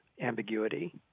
ambiguity